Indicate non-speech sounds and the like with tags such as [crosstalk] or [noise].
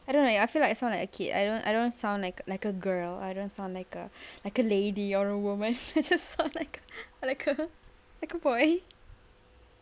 I don't know I feel like I sound like a kid I don't I don't sound like like a girl I don't sound like a like a lady or a woman [laughs] I just sound like a like a like a boy